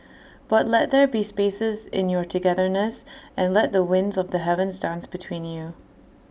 but let there be spaces in your togetherness and let the winds of the heavens dance between you